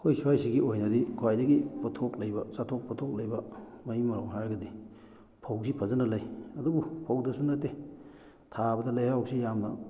ꯑꯩꯈꯣꯏ ꯁ꯭ꯋꯥꯏꯁꯤꯒꯤ ꯑꯣꯏꯅꯗꯤ ꯈ꯭ꯋꯥꯏꯗꯒꯤ ꯄꯣꯊꯣꯛ ꯂꯩꯕ ꯆꯥꯊꯣꯛ ꯄꯣꯊꯣꯛ ꯂꯩꯕ ꯃꯍꯩ ꯃꯔꯣꯡ ꯍꯥꯏꯔꯒꯗꯤ ꯐꯧꯁꯤ ꯐꯖꯅ ꯂꯩ ꯑꯗꯨꯕꯨ ꯐꯧꯗꯁꯨ ꯅꯠꯇꯦ ꯊꯥꯕꯗ ꯂꯩꯍꯥꯎꯁꯤ ꯌꯥꯝꯅ